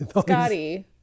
Scotty